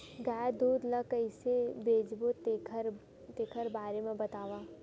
गाय दूध ल कइसे बेचबो तेखर बारे में बताओ?